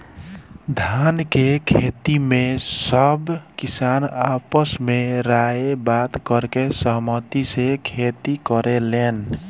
धान के खेती में सब किसान आपस में राय बात करके सहमती से खेती करेलेन